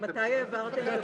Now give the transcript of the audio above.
מתי העברתם?